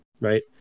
right